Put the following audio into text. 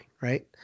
right